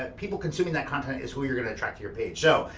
ah people consuming that content is who you're gonna attract to your page. so,